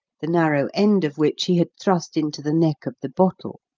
the narrow end of which he had thrust into the neck of the bottle.